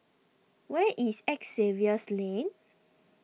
where is Xavier's Lane